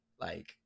Like-